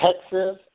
Texas